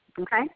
okay